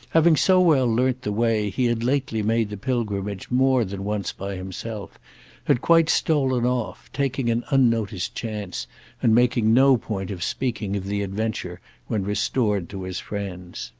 having so well learnt the way, he had lately made the pilgrimage more than once by himself had quite stolen off, taking an unnoticed chance and making no point of speaking of the adventure when restored to his friends.